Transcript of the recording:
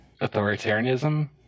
authoritarianism